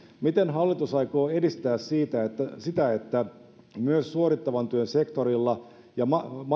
miten hallitus aikoo edistää sitä että myös suorittavan työn sektorilla ja